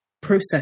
process